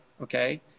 okay